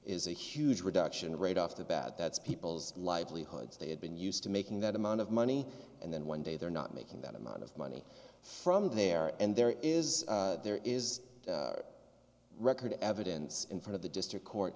is a huge reduction right off the bat that's people's livelihoods they have been used to making that amount of money and then one day they're not making that amount of money from their end there is there is a record evidence in front of the district court